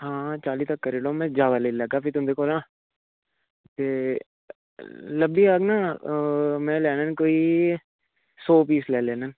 हां चाली तक लेई लैओ में ज्यादा लेई लैगा फ्ही तुंदे कोला ते लब्भी जाह्ग न में लैने न कोई में सौ पीस लेई लैन्नां